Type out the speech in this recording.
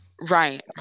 right